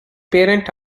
parent